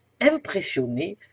impressionné